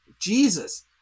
Jesus